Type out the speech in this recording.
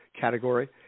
category